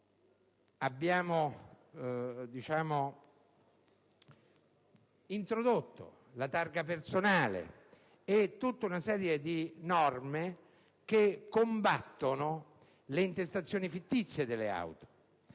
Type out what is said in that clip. abbiamo introdotto la targa personale e una serie di norme che combattono le intestazioni fittizie delle auto